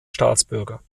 staatsbürger